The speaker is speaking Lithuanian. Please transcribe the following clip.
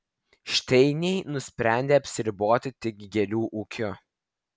šteiniai nusprendė apsiriboti tik gėlių ūkiu